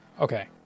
Okay